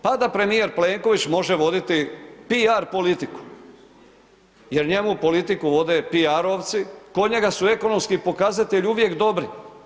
Pa da premijer Plenković može voditi PR politiku, jer njemu politiku vode PR-ovci, kod njega su ekonomski pokazatelji uvijek dobri.